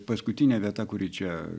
paskutinė vieta kuri čia